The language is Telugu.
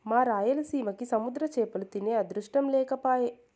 మా రాయలసీమకి సముద్ర చేపలు తినే అదృష్టం లేకపాయె